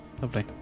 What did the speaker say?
Lovely